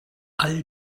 all